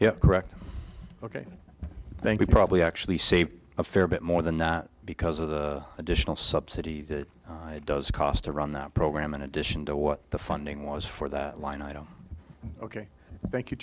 yeah correct ok thank you probably actually save a fair bit more than that because of the additional subsidy that it does cost to run that program in addition to what the funding was for that line item ok thank you